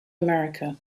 america